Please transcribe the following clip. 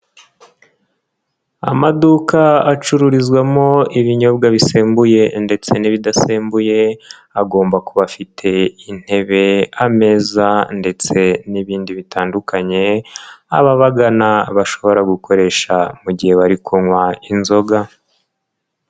Amaduka acururizwamo ibinyobwa bisembuye ndetse n'ibidasembuye, agomba kuba afite intebe, ameza ndetse n'ibindi bitandukanye, ababagana bashobora gukoresha mu gihe bari kunywa inzoga.